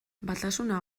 batasuna